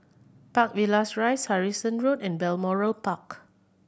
Park Villas Rise Harrison Road and Balmoral Park